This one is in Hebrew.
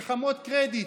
מלחמות קרדיט.